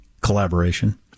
collaboration